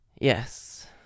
Yes